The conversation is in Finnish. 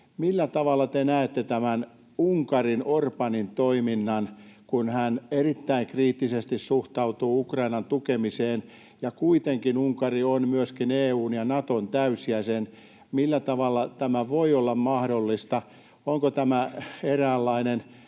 Millä tavalla te näette tämän Unkarin Orbánin toiminnan, kun hän erittäin kriittisesti suhtautuu Ukrainan tukemiseen ja kuitenkin Unkari on myöskin EU:n ja Naton täysjäsen? Millä tavalla tämä voi olla mahdollista? Onko tämä eräänlainen